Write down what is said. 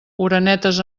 orenetes